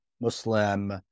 Muslim